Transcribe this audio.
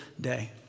day